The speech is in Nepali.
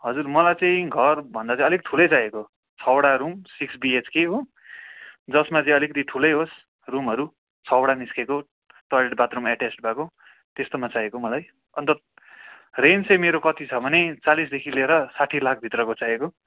हजुर मलाई चाहिँ घरभन्दा चाहिँ अलिक ठुलै चाहिएको छवटा रुम सिक्स बिएचके हो जसमा चाहिँ अलिकति ठुलै होस् रुमहरू छवटा निस्केको टोइलेट बाथरूम एटेच भएको त्यस्तोमा चाहिएको मलाई अन्त रेन्ज चाहिँ मेरो कति छ भने चालिसदेखि लिएर साठी लाखभित्रको चाहिएको